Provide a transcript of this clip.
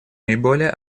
наиболее